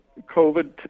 COVID